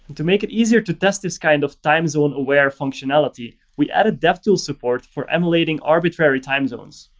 to make it easier to test this kind of time zone aware functionality, we add devtool support for emulating arbitrary time zones.